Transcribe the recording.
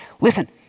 Listen